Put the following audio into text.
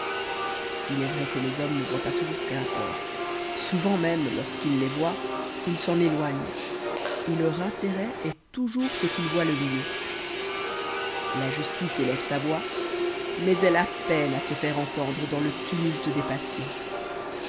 il est vrai que les hommes ne voient pas toujours ces rapports souvent même lorsqu'ils les voient ils s'en éloignent et leur intérêt est toujours ce qu'ils voient le mieux la justice élève sa voix mais elle a peine à se faire entendre dans le tumulte des passions